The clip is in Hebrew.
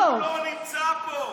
הוא לא נמצא פה.